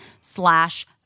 slash